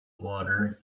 water